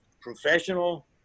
professional